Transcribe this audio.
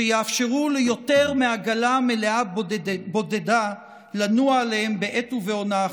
שיאפשרו ליותר מעגלה מלאה בודדה לנוע עליהם בעת ובעונה אחת,